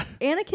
Anakin